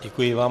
Děkuji vám.